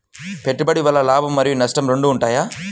పెట్టుబడి వల్ల లాభం మరియు నష్టం రెండు ఉంటాయా?